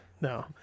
no